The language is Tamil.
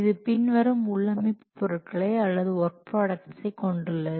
இது பின்வரும் உள்ளமைப்பு பொருட்களை அல்லது ஒர்க் ப்ராடக்ட்ஸை கொண்டுள்ளது